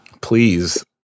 please